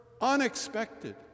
unexpected